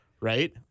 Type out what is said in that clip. right